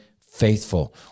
faithful